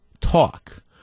talk